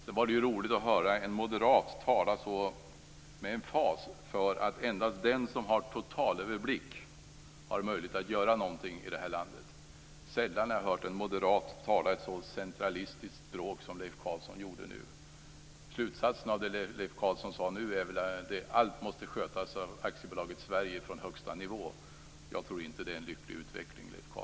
Sedan var det ju roligt att höra en moderat tala så med emfas för att endast den som har total överblick har möjlighet att göra någonting i det här landet. Sällan har jag hört en moderat tala ett så centralistiskt språk som Leif Carlson gjorde nu. Slutsatsen av det Leif Carlson sade är väl att allt måste skötas av aktiebolaget Sverige från högsta nivå. Jag tror inte att det är en lycklig utveckling, Leif Carlson.